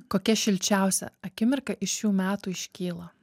kokia šilčiausia akimirka iš šių metų iškyla